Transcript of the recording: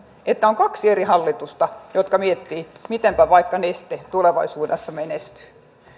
että on kaksi eri hallitusta jotka miettivät mitenpä vaikka neste tulevaisuudessa menestyy